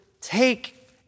take